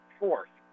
fourth